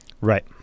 Right